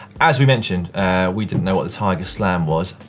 as we mentioned we didn't know what the tiger slam was.